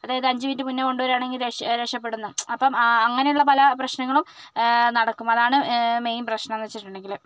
അതായത് അഞ്ച് മിനിറ്റ് മുൻപ് കൊണ്ട് വരികയാണെങ്കിൽ രക്ഷ രക്ഷപ്പെടുമെന്ന് അപ്പം അങ്ങനെയുള്ള പല പ്രശ്നങ്ങളും നടക്കും അതാണ് മെയിൻ പ്രശ്നമെന്ന് വെച്ചിട്ടുണ്ടെങ്കിൽ